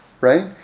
right